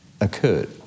occurred